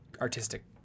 artistic